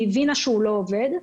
היא הבינה שזה לא עובד,